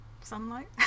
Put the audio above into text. sunlight